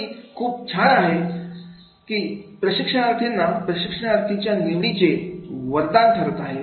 तर ही खूप छान आहे की प्रशिक्षणार्थींना प्रशिक्षणाच्या निवडीचे वरदान ठरत आहे